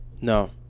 no